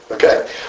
Okay